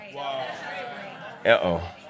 Uh-oh